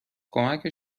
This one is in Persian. کمک